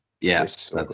yes